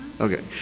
Okay